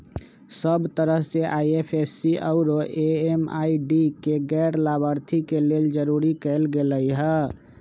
सब तरह से आई.एफ.एस.सी आउरो एम.एम.आई.डी के गैर लाभार्थी के लेल जरूरी कएल गेलई ह